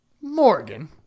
Morgan